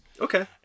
Okay